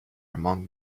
among